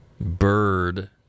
Bird